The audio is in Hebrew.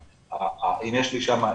אם יש לי שם,